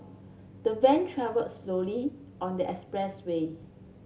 the van travelled slowly on the expressway